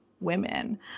Women